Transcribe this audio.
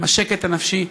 עם השקט הנפשי,